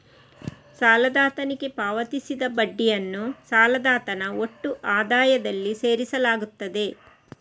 ಸಾಲದಾತನಿಗೆ ಪಾವತಿಸಿದ ಬಡ್ಡಿಯನ್ನು ಸಾಲದಾತನ ಒಟ್ಟು ಆದಾಯದಲ್ಲಿ ಸೇರಿಸಲಾಗುತ್ತದೆ